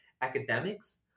academics